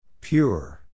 Pure